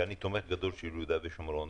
ואני תומך גדול של יהודה ושומרון,